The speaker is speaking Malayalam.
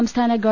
സംസ്ഥാന ഗവ